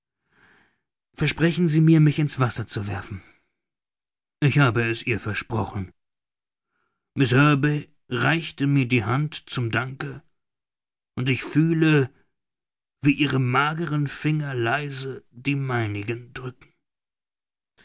versprechen sie mir mich in's wasser zu werfen ich habe es ihr versprochen miß herbey reicht mir die hand zum danke und ich fühle wie ihre mageren finger leise die meinigen drücken